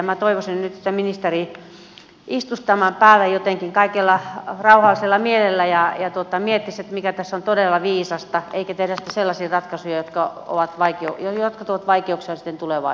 minä toivoisin nyt että ministeri istuisi tämän päälle kaikin puolin rauhallisella mielellä ja miettisi mikä tässä on todella viisasta eikä tehtäisi sellaisia ratkaisuja jotka tuovat vaikeuksia sitten tulevaisuudessa